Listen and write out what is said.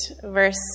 verse